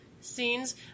scenes